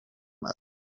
madre